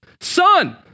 Son